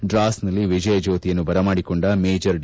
ಡ್ರಾಸ್ನಲ್ಲಿ ವಿಜಯಜ್ಲೋತಿಯನ್ನು ಬರಮಾಡಿಕೊಂಡ major D